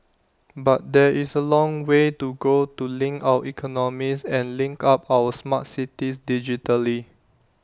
but there is A long way to go to link our economies and link up our smart cities digitally